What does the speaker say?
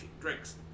drinks